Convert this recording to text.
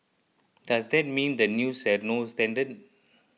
does that mean the news has no standard